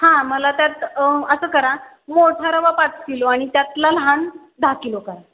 हां मला त्यात असं करा मोठा रवा पाच किलो आणि त्यातला लहान दहा किलो करा